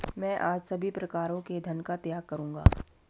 मैं आज सभी प्रकारों के धन का त्याग करूंगा